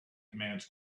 commands